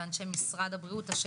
באנשי משרד הבריאות,